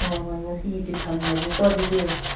ꯍꯣꯏ ꯍꯣꯏ ꯉꯁꯤꯒꯤꯗꯤ ꯊꯝꯂꯒꯦꯀꯣ ꯑꯗꯨꯗꯤ